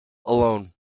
alone